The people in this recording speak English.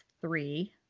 three